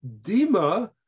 dima